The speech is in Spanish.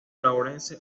laurence